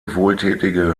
wohltätige